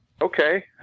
okay